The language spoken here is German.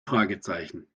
fragezeichen